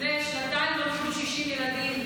לפני שנתיים היו פה 60 ילדים,